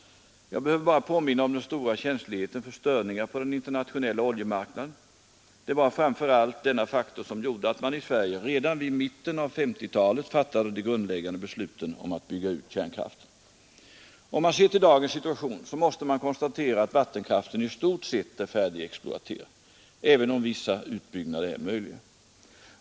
Jag behöver bara påminna om den stora känsligheten för störningar på den internationella oljemarknaden. Det var framför allt denna faktor som gjorde att man i Sverige redan vid mitten av 1950-talet fattade de grundläggande besluten om att bygga ut kärnkraften. Om man ser till dagens situation måste man konstatera att vattenkraften i stort sett är färdigexploaterad, även om vissa utbyggnader är möjliga.